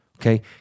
okay